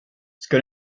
ska